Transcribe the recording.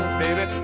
baby